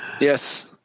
Yes